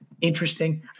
interesting